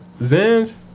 Zens